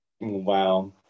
Wow